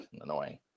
annoying